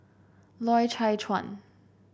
Loy Chye Chuan